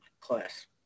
class